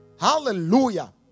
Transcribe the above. hallelujah